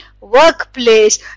workplace